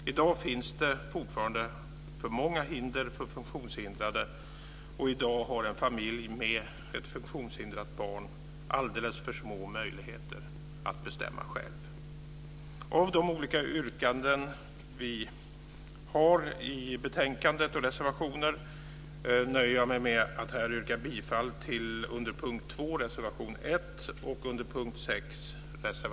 I dag finns det fortfarande för många hinder för funktionshindrade. I dag har en familj med ett funktionshindrat barn alldeles för små möjligheter att bestämma själv. Av de olika yrkanden som vi har i betänkandet och i reservationer nöjer jag mig med att här yrka bifall till reservation 1 under punkt 2 och till reservation 5 under punkt 6.